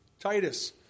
Titus